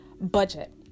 budget